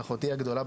ואת אחותי הגדולה,